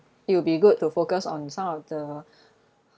it will be good to focus on some of the